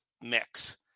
mix